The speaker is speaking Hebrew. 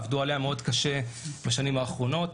עבדו עליה מאוד קשה בשנים האחרונות.